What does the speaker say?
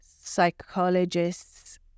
psychologists